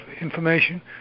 information